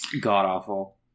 God-awful